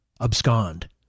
abscond